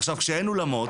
עכשיו כשאין אולמות,